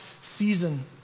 season